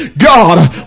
God